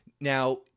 Now